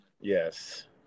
Yes